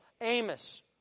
Amos